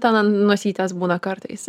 ten ant nosytės būna kartais